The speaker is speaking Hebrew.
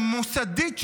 המוסדית,